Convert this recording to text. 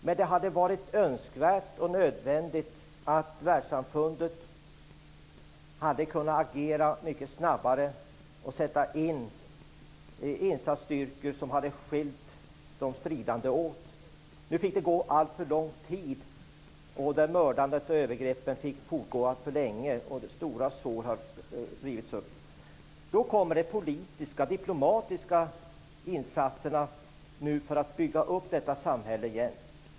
Men det hade varit önskvärt och nödvändigt om världssamfundet hade kunnat agera mycket snabbare och sätta in insatsstyrkor som hade skilt de stridande åt. Nu fick det gå alltför lång tid. Mördandet och övergreppen fick fortgå alltför länge, och stora sår har rivits upp. Nu kommer de politiska och diplomatiska insatserna för att bygga upp detta samhälle igen.